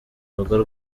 rugo